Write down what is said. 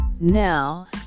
Now